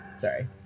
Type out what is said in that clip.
Sorry